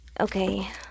okay